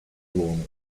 duomo